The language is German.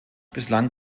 bislang